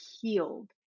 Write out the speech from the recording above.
healed